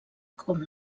com